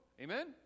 Amen